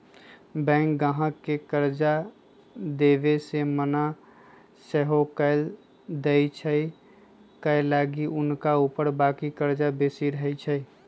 bank गाहक के कर्जा देबऐ से मना सएहो कऽ देएय छइ कएलाकि हुनका ऊपर बाकी कर्जा बेशी रहै छइ